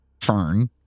fern